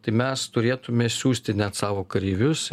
tai mes turėtume siųsti net savo kareivius